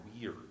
weird